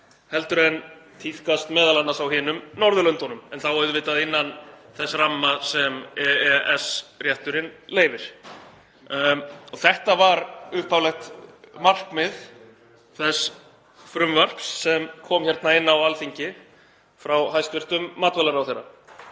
en tíðkast m.a. á hinum Norðurlöndunum, en þá auðvitað innan þess ramma sem EES-rétturinn leyfir. Þetta var upphaflegt markmið þess frumvarps sem kom hingað inn á Alþingi frá hæstv. matvælaráðherra.